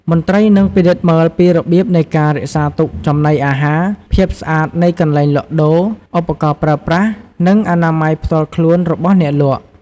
មន្ត្រីនឹងពិនិត្យមើលពីរបៀបនៃការរក្សាទុកចំណីអាហារ ភាពស្អាតនៃកន្លែងលក់ដូរ ឧបករណ៍ប្រើប្រាស់ និងអនាម័យផ្ទាល់ខ្លួនរបស់អ្នកលក់។